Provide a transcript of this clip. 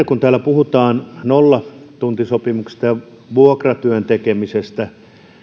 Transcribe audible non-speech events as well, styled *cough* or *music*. *unintelligible* kun täällä puhutaan nollatuntisopimuksista ja vuokratyön tekemisestä